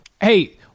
Hey